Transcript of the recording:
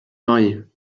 marier